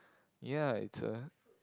ya it's a